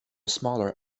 smaller